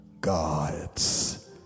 God's